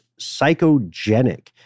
psychogenic